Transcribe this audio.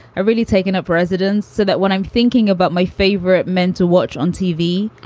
really taken up residence so that when i'm thinking about my favorite men to watch on tv,